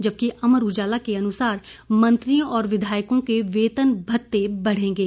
जबकि अमर उजाला के अनुसार मंत्रियों और विधायकों के वेतन भत्ते बढेंगे